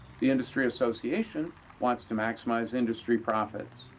the industry association wants to maximize industry profits,